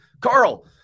Carl